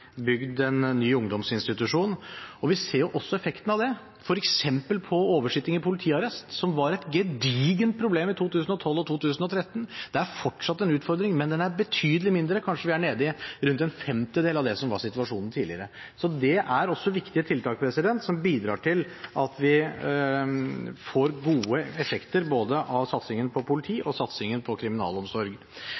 en ny ungdomsinstitusjon, og vi ser også effekten av det, f.eks. på oversitting i politiarrest, som var et gedigent problem i 2012 og 2013. Det er fortsatt en utfordring, men den er betydelig mindre, kanskje nede i rundt en femtedel av det som var situasjonen tidligere. Det er også viktige tiltak som bidrar til at vi får gode effekter både av satsingen på politi